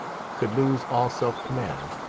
could lose all self-command,